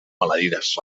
maleïdes